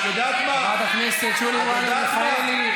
חברת הכנסת שולי מועלם-רפאלי,